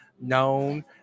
known